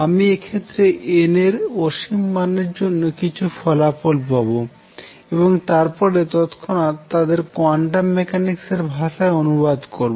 আমি এক্ষেত্রে n এর অসীম মানের জন্য কিছু ফলাফল পাব এবং তারপরে তৎক্ষণাৎ তাদের কোয়ান্টাম মেকানিক্সের ভাষায় অনুবাদ করব